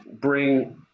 bring